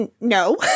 No